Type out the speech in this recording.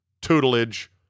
tutelage